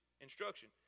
instruction